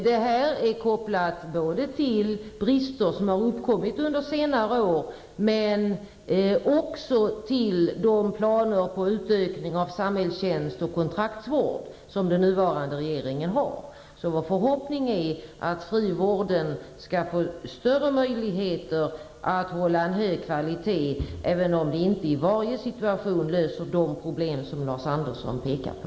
Detta är kopplat till de brister som har uppstått under senare år men också till de planer på en utökning av samhällstjänst och kontraktsvård som den nuvarande regeringen har. Vår förhoppning är att frivården skall få större möjligheter att hålla en hög kvalitet, även om det inte i varje situation löser de problem som Lars Andersson pekade på.